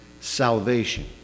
salvation